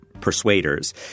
persuaders